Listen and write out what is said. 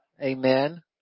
Amen